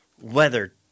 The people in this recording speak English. weather